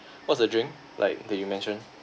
what's the drink like that you mentioned